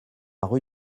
rue